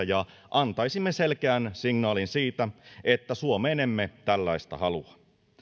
ja antaisimme selkeän signaalin siitä että suomeen emme tällaista halua